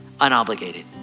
unobligated